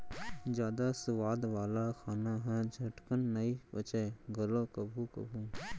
जादा सुवाद वाला खाना ह झटकन नइ पचय घलौ कभू कभू